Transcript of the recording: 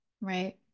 right